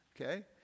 okay